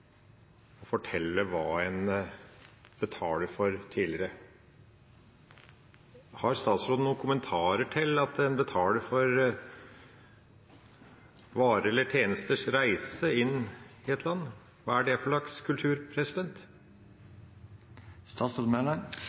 fortelle hva en betaler for, tidligere. Har statsråden noen kommentarer til at en betaler for varers eller tjenesters reise inn i et land? Hva er det for slags kultur?